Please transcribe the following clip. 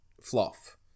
fluff